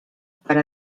per